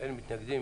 אין מתנגדים,